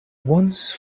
once